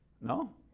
No